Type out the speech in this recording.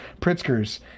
Pritzkers